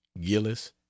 gillis